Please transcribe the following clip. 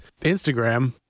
Instagram